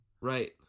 Right